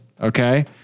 Okay